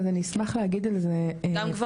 אז אני אשמח להגיד על זה מילה,